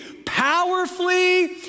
powerfully